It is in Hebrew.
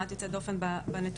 מעט יוצאת דופן בנתונים.